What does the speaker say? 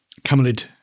camelid